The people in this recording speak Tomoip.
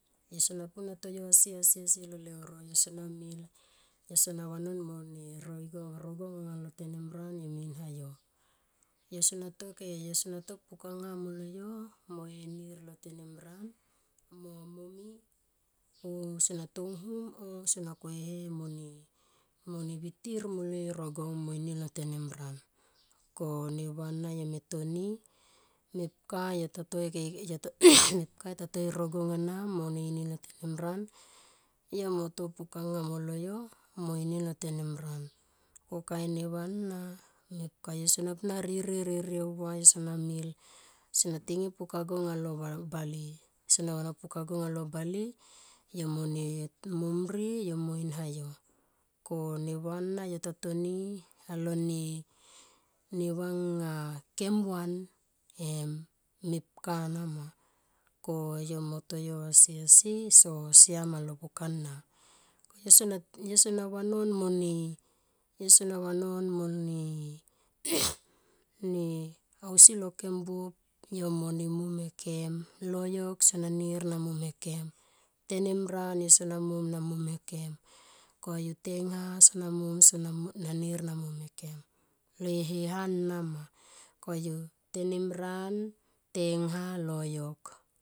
Yosona pu na to yoasiasiasi a lo leuro yo sona mil yo sona wanan mone roigong rogong anga lo tenimran yomeinhayo yosona yo sona to pukanga molol yo mo ye nir lotenimran mo momi o sona tonghum o sona ko ehe mone, mone yitir molo e rogong moini lo tenimran koneva ana yome toni mepka yota to keik mepka yotota e rogong ana yomei nni lo tenimran yo mo to pukanga mo loyo moini lo tenimran ko kain nevanna mepka yosona pu na riryerirye ava yo sona mil sona tingim pukagong alo va bale yo mone momrie yo moneinhayo ko neva ana yota toni a lone ne va anga kem van em mepka na ma koyo mo to yo asiasi so siam a lo pukana ko yo yo so na vanon mone yosona vanon mone. ne ausi lo kem buop yo mone momhe kem loyok so na nir na momhe kem tenimran yo sona mom na mom he kem koyu tenimran tengha loyok.